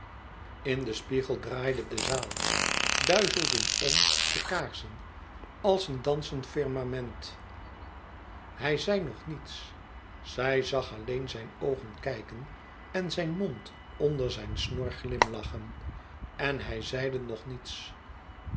in den spiegel draaide de zaal duizelden om de kaarsen als een dansend firmament hij zeide nog niets zij zag alleen zijn oogen kijken en zijn mond onder zijn snor glimlachen en hij zeide nog niets